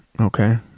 okay